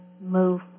move